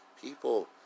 people